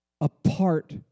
apart